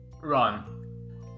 Run